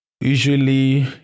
usually